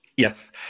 Yes